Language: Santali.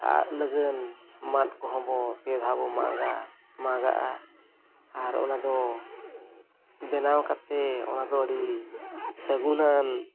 ᱟᱸᱜ ᱞᱟᱹᱜᱤᱫ ᱢᱟᱸᱜ ᱠᱚᱦᱚᱸ ᱯᱮ ᱫᱷᱟᱣ ᱵᱚᱱ ᱢᱟᱜᱟ ᱢᱟᱸᱜ ᱟᱜᱼᱟ ᱟᱨ ᱚᱱᱟᱫᱚ ᱵᱮᱱᱟᱣ ᱠᱟᱛᱮᱫ ᱚᱱᱟᱫᱚ ᱟᱹᱰᱤ ᱥᱟᱹᱜᱩᱱᱟᱱ